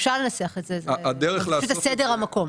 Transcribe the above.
אפשר לנסח את זה, זה פשוט סדר המקום.